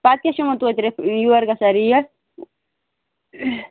پتہٕ کیٛاہ چھِ یِوان توتہِ یِم یورٕ گژھان ریٹ